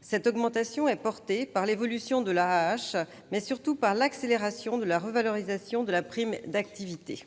Cette augmentation est portée par l'évolution de l'AAH, mais surtout par l'accélération de la revalorisation de la prime d'activité.